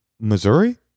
Missouri